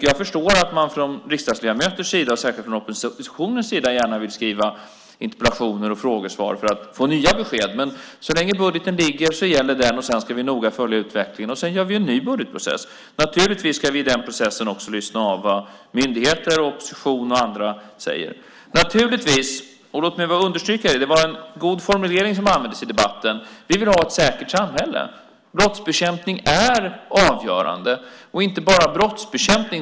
Jag förstår att man från riksdagsledamöters sida, särskilt från oppositionens sida, gärna vill skriva interpellationer och frågor för att få nya besked. Men så länge budgeten ligger gäller den, och sedan ska vi noga följa utvecklingen. Sedan gör vi en ny budgetprocess. Naturligtvis ska vi i den processen också lyssna av vad myndigheter, opposition och andra säger. Naturligtvis - låt mig bara understryka det, det var en god formulering som användes i debatten - vill vi ha ett säkert samhälle. Brottsbekämpning är avgörande, och inte bara brottsbekämpning.